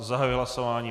Zahajuji hlasování.